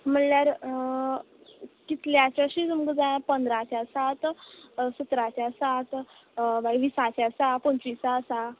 म्हळ्यार कितल्याचे अशें तुमकां जाय पंदराचे आसात सतराचे आसात मागीर वीसा आसा पंचवीसा आसा